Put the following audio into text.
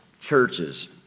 churches